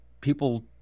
people